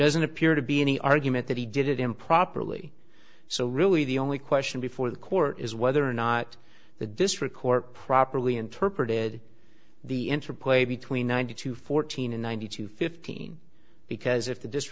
doesn't appear to be any argument that he did it improperly so really the only question before the court is whether or not the district court properly interpreted the interplay between ninety two fourteen and ninety two fifteen because if the